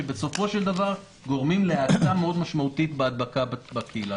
שבסופו של דבר גורמים להאצה משמעותית מאוד בהדבקה בקהילה.